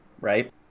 right